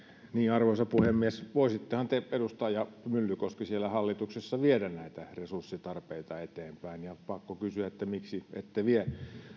arvoisa puhemies voisittehan te edustaja myllykoski siellä hallituksessa viedä näitä resurssitarpeita eteenpäin pakko kysyä että miksi ette vie